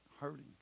hurting